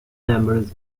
numerous